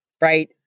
Right